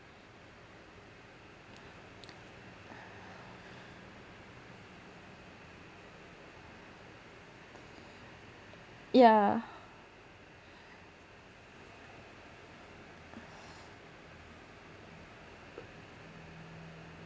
yeah